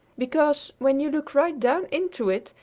because, when you look right down into it,